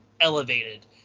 elevated